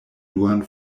duan